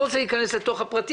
אני לא רוצה להיכנס אל תוך הפרטים.